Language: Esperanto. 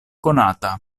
konata